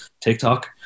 TikTok